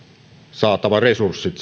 saatava resurssit